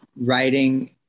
writing